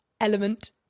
element